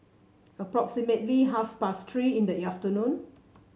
approximately half past Three in the afternoon